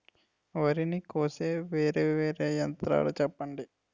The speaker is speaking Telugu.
వరి ని కోసే వేరా వేరా యంత్రాలు చెప్పండి?